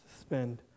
spend